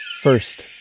First